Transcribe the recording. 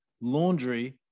Laundry